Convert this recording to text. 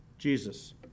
Jesus